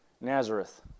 Nazareth